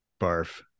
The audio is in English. barf